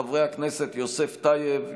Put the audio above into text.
חברי הכנסת יוסף טייב,